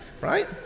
Right